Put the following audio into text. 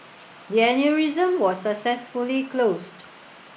the aneurysm was successfully closed